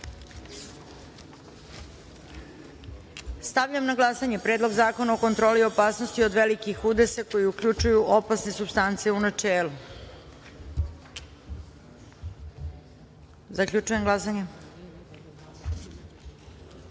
celini. Stavljam na glasanje Predlog zakona o kontroli opasnosti od velikih udesa koji uključuju opasne supstance, u načelu. Zaključujem glasanje: